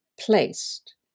placed